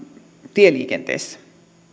tieliikenteessä